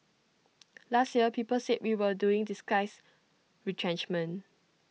last year people said we were doing disguised retrenchment